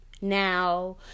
Now